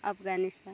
Afghanistan